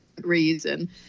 reason